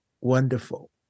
wonderful